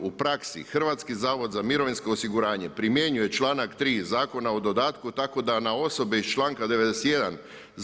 U praksi Hrvatski zavod za mirovinsko osiguranje primjenjuje članak 3. Zakona o dodatku tako da na osobe iz članka 91.